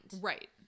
Right